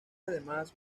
además